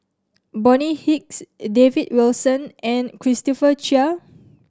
Bonny Hicks David Wilson and Christopher Chia